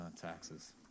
taxes